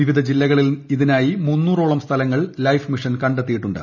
വിവിധ ജില്ലകളിൽ ഇതിനായി മുന്നൂറ്റോള്ട് സ്ഥലങ്ങൾ ലൈഫ് മിഷൻ കണ്ടെത്തിയിട്ടുണ്ട്